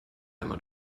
einmal